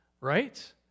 Right